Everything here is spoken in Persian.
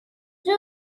زود